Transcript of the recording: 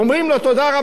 והוא לא רואה כלום.